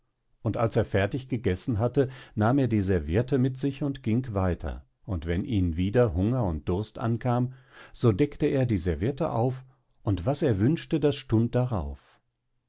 und als er fertig gegessen hatte nahm er die serviette mit sich und ging weiter und wenn ihn wieder hunger und durst ankam so deckte er die serviette auf und was er wünschte das stund darauf